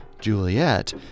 Juliet